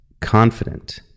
confident